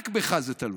רק בך זה תלוי.